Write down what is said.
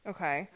Okay